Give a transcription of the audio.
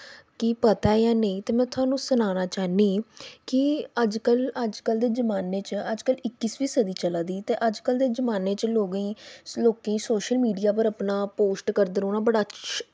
कि पता ऐ नेईं ते में थोहानू सनाना चाह्न्नीं कि अजकल्ल दे जमान्ने च अजकल्ल इक्कीसवीं सदी चला दी ते अजकल्ल दे जमान्ने च लोगें गी अपना सोशल मीडिया पर पोस्ट करदे रौह्ना बड़ा अच्छा